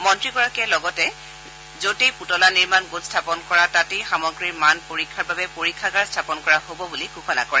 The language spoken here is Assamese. মন্ত্ৰীগৰাকীয়ে লগতে যতে পুতলা নিৰ্মাণ গোট স্থাপন কৰা তাতেই সামগ্ৰীৰ মান পৰীক্ষাৰ বাবে পৰীক্ষাগাৰ স্থাপন কৰা হ'ব বুলি ঘোষণা কৰে